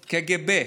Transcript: קג"ב.